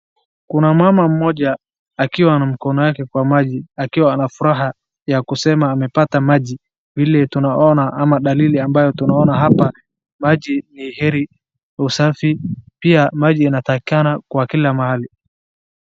Kuna mama mmoja akiwa na mkono yake kwa maji, akiwa na furaja ya kusema amepata maji vile tunaona ama dalili ambayo tunaona hapa maji ni heri usafi, pia maji inatakikana kwa kila mahali.